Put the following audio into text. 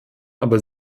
aber